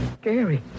scary